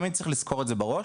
תמיד צריך לזכור את זה בראש.